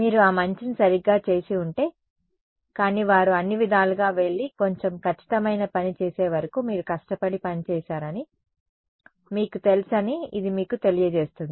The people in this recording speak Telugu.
మీరు ఆ మంచిని సరిగ్గా చేసి ఉంటే కానీ వారు అన్ని విధాలుగా వెళ్లి కొంచెం ఖచ్చితమైన పని చేసే వరకు మీరు కష్టపడి పని చేశారని మీకు తెలుసని ఇది మీకు తెలియజేస్తోంది